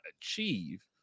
achieve